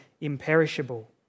imperishable